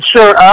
Sure